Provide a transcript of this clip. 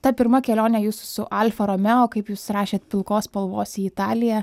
ta pirma kelionė jūsų su alfa romeo kaip jūs rašėt pilkos spalvos į italiją